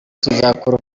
tuzakora